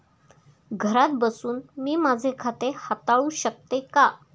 घरात बसून मी माझे खाते हाताळू शकते का?